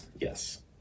Yes